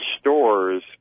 stores